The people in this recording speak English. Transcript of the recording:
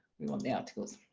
we want the articles,